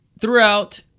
throughout